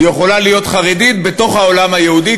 היא יכולה להיות חרדית בתוך העולם היהודי,